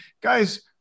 guys